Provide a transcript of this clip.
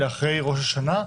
אחרי ראש השנה,